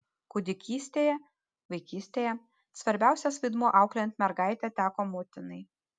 kūdikystėje vaikystėje svarbiausias vaidmuo auklėjant mergaitę teko motinai